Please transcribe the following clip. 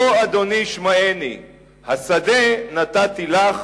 לא אדוני שמעני השדה נתתי לך